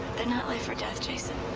they're not life or death, jason.